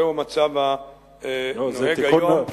זהו המצב הנוהג היום,